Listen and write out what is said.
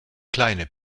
kleine